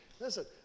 listen